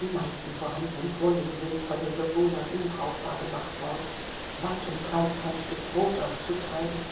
die meisten vorhandenen brunnen sind von den bewohnern unbrauchbar gemacht worden weit und breit kein stück brot aufzutreiben